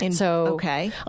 Okay